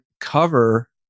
cover